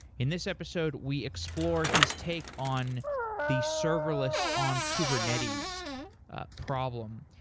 in this episode, we explore his take on the serverless on kubernetes problem.